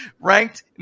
ranked